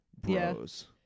bros